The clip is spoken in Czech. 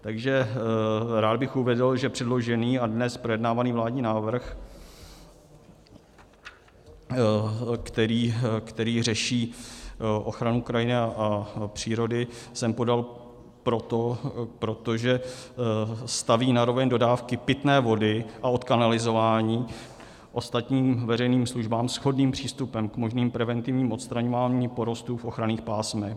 Takže rád bych uvedl, že předložený a dnes projednávaný vládní návrh, který řeší ochranu krajiny a přírody, jsem podal proto, protože staví na roveň dodávky pitné vody a odkanalizování ostatním veřejným službám shodným přístupem k možným preventivním odstraňováním porostů v ochranných pásmech.